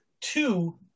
two